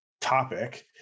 topic